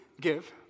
give